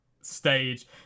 stage